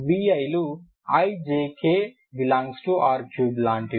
viలు ijk R3 లాంటివి